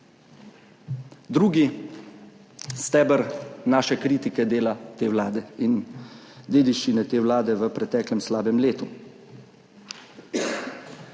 Drugi steber naše kritike dela te vlade in dediščine te vlade v preteklem slabem letu